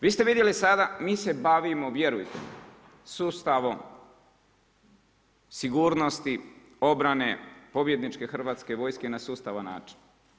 Vi ste vidjeli sada, mi se bavimo vjerujte mi sustavom sigurnosti, obrane, pobjedničke Hrvatske vojske na sustavan način.